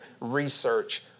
research